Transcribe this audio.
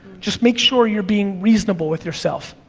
just make sure you're being reasonable with yourself.